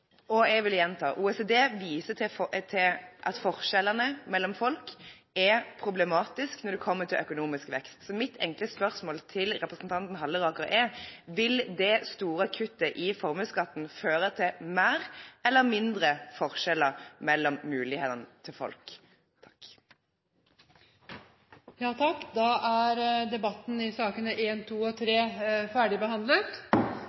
og jeg vil gjenta at OECD viser til at forskjellene mellom folk er problematisk når det kommer til økonomisk vekst. Så mitt enkle spørsmål til representanten Halleraker er: Vil det store kuttet i formuesskatten føre til flere eller til færre forskjeller mellom mulighetene til folk? Flere har ikke bedt om ordet til sakene